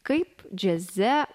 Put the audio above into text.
kaip džiaze